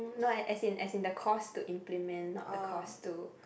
not as in as in the cost to implement not the cost to